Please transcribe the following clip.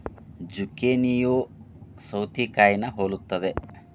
ಜುಕೇನಿಯೂ ಸೌತೆಕಾಯಿನಾ ಹೊಲುತ್ತದೆ